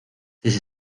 seis